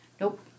Nope